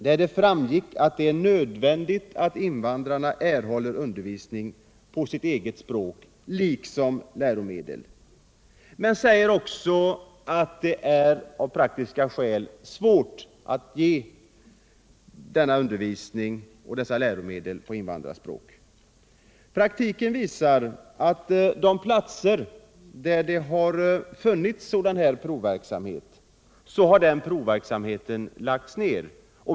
1 den propositionen framhölls att det är nödvändigt att invandrarna får undervisning på sitt eget språk liksom att läromedel tillhandahålls dem på deras eget språk. Men utskottet säger också att det av praktiska skäl är svårt att ge denna undervisning och dessa läromedel på invandrarspråken. Den provverksamhet av detta slag som har funnits har lagts ned.